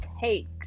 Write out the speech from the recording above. take